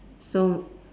so